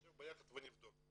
נשב ביחד ונבדוק,